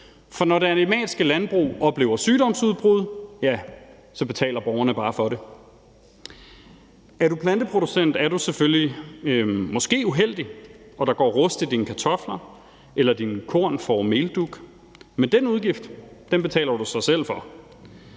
For når det animalske landbrug oplever sygdomsudbrud, så betaler borgerne bare for det. Er du som planteproducent måske så uheldig, at der går rust i dine kartofler, eller dine korn får meldug, så betaler du selv for